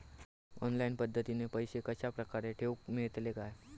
Online पद्धतीन पैसे कश्या प्रकारे ठेऊक मेळतले काय?